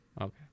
Okay